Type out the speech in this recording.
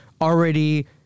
already